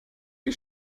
wir